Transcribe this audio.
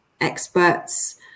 experts